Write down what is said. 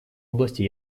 области